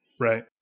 Right